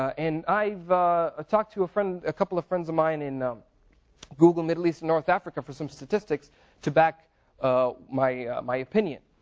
and i've talked to a friend, a couple of friends of mine in um google middle-east north africa for some statistics to back my my opinion.